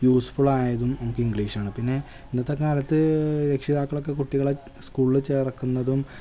use ഫുള്ളായതും നമുക്കിംഗ്ലീഷാണ് പിന്നെ ഇന്നത്തെ കാലത്ത് രക്ഷിതാക്കളൊക്കെ കുട്ടികളെ സ്കൂളിൽ ചേർക്കുന്നതും